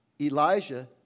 Elijah